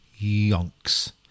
yonks